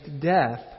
death